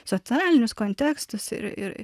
socialinius kontekstus ir